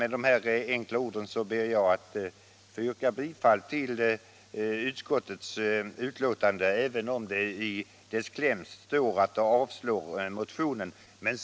Med dessa enkla ord ber jag att få yrka bifall till utskottets hemställan, även om det i betänkandets kläm står att utskottet avstyrker motionen.